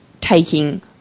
taking